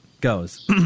goes